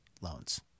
loans